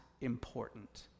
important